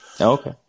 Okay